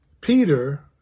Peter